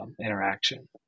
interaction